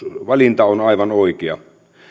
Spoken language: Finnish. valinta on on aivan oikea